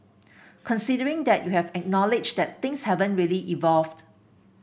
considering that you have acknowledged that things haven't really evolved